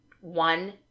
one